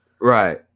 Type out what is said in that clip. Right